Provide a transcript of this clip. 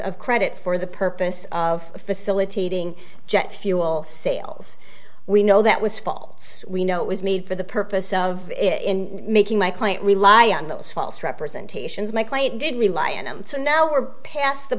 of credit for the purpose of facilitating jet fuel sales we know that was fall we know it was made for the purpose of in making my client rely on those false representations my client didn't rely on and so now we're past the